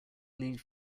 lead